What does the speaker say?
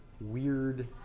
weird